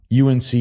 UNC